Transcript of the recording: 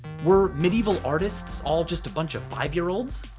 were medieval artists all just a bunch of five year olds?